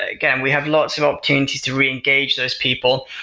ah again, we have lots of opportunities to reengage those people.